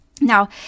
Now